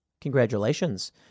congratulations